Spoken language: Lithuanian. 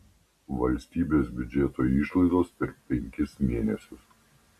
valstybės biudžeto išlaidos per penkis mėnesius